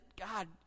god